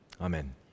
Amen